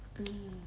mm